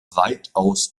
weitaus